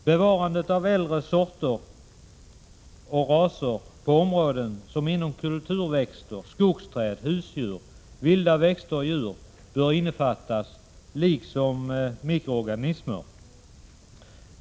Bevarandet av äldre sorter och raser på områden som innefattar kulturväxter, skogsträd, husdjur och vilda växter och djur bör ingå i en sådan strategi, liksom också bevarandet av mikroorganismer.